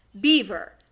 beaver